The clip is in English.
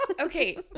Okay